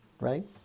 right